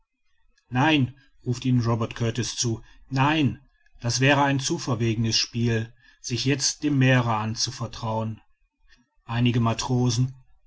nein ruft ihnen robert kurtis zu nein das wäre ein zu verwegenes spiel sich jetzt dem meere anzuvertrauen einige matrosen